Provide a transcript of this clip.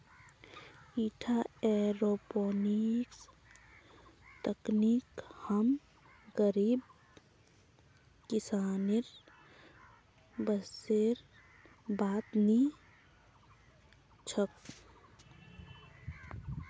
ईटा एयरोपोनिक्स तकनीक हम गरीब किसानेर बसेर बात नी छोक